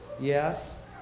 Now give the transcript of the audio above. Yes